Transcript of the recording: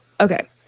Okay